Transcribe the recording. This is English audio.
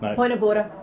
point of order.